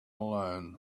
alone